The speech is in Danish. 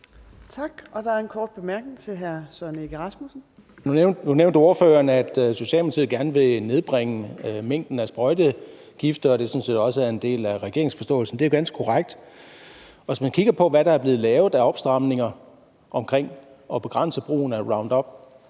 Nu nævnte ordføreren, at Socialdemokratiet gerne vil nedbringe mængden af sprøjtegifte, og at det sådan set også er en del af regeringens forståelsespapir. Det er jo ganske korrekt. Og hvis man kigger på, hvad der er blevet lavet af opstramninger omkring at begrænse brugen af Roundup,